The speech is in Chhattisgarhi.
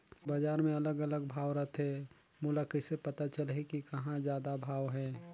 बजार मे अलग अलग भाव रथे, मोला कइसे पता चलही कि कहां जादा भाव हे?